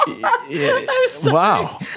Wow